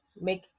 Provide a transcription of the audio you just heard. make